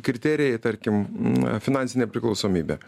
kriterijai tarkim m finansinė priklausomybė